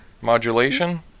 Modulation